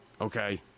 Okay